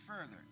further